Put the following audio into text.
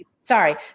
Sorry